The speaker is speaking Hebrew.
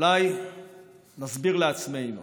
אולי נסביר לעצמנו